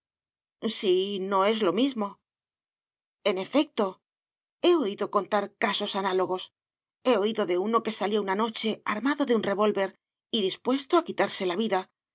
sí no es lo mismo en efecto he oído contar casos análogos he oído de uno que salió una noche armado de un revólver y dispuesto a quitarse la vida